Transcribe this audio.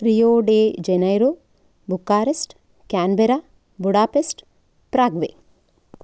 Rio de Janeiro Bucharest Canberra Budapest प्राग्वे